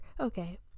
okay